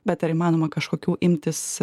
bet ar įmanoma kažkokių imtis